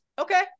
Okay